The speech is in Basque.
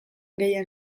gehien